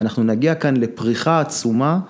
אנחנו נגיע כאן לפריחה עצומה.